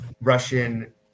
Russian